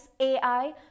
AI